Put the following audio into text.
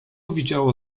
widziało